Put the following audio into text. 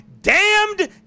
damned